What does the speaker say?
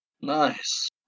Nice